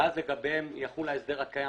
ואז לגביהם יחול ההסדר הקיים.